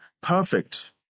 perfect